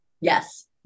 Yes